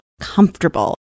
comfortable